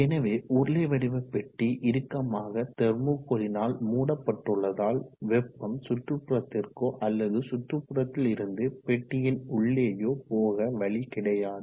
எனவே உருளை வடிவ பெட்டி இறுக்கமாக தெர்மோகோலினால் மூடப்பட்டுள்ளதால் வெப்பம் சுற்றுபுறத்திற்கோ அல்லது சுற்றுப்புறத்தில் இருந்து பெட்டியின் உள்ளேயோ போக வழி கிடையாது